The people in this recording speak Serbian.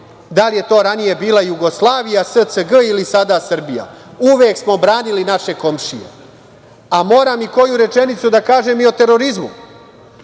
Da li je to ranije bila Jugoslavija, SCG ili sada Srbija, uvek smo branili naše komšije. Moram i koju rečenicu da kažem i o terorizmu.